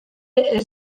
herri